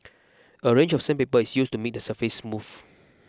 a range of sandpaper is used to make the surface smooth